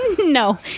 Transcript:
No